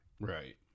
Right